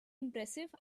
impressive